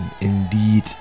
indeed